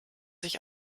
sich